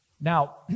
Now